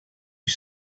you